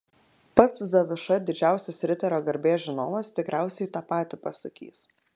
pats zaviša didžiausias riterio garbės žinovas tikriausiai tą patį pasakys